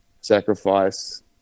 sacrifice